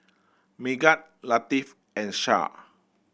Megat Latif and Shah